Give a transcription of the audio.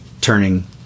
turning